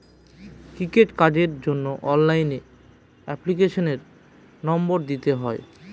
credit কার্ডের জন্য অনলাইনে এপ্লিকেশনের নম্বর দিতে হয়